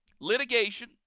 litigation –